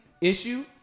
issue